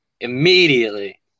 Immediately